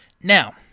Now